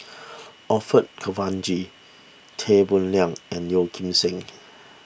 Orfeur Cavenagh Tan Boo Liat and Yeo Kim Seng